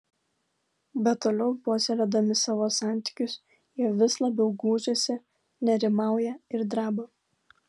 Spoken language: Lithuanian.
bet toliau puoselėdami savo santykius jie vis labiau gūžiasi nerimauja ir dreba